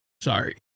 sorry